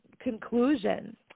conclusion